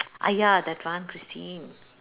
!aiya! that one Christine